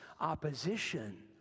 opposition